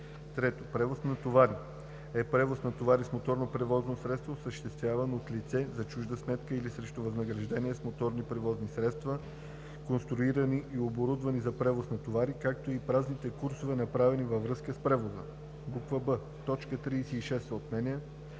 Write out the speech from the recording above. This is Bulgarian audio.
3. „Превоз на товари“ е превоз на товари с моторно превозно средство, осъществяван от лице за чужда сметка или срещу възнаграждение с моторни превозни средства, конструирани и оборудвани за превоз на товари, както и празните курсове, направени във връзка с превоза.“ б) точка 36 се отменя;